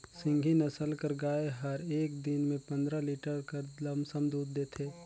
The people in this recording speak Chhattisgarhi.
सिंघी नसल कर गाय हर एक दिन में पंदरा लीटर कर लमसम दूद देथे